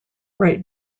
right